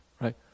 right